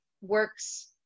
works